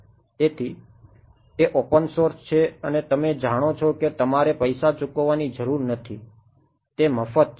તેથી તે open source છે અને તમે જાણો છો કે તમારે પૈસા ચૂકવવાની જરૂર નથી તે મફત છે